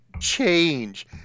change